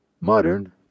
Modern